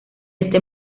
este